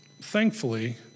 thankfully